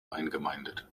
eingemeindet